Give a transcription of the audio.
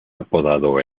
apodado